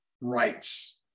rights